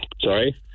Sorry